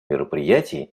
мероприятий